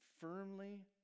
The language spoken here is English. firmly